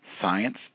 science